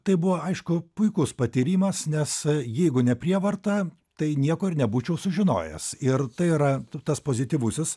tai buvo aišku puikus patyrimas nes jeigu ne prievarta tai nieko ir nebūčiau sužinojęs ir tai yra tas pozityvusis